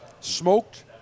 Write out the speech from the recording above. Smoked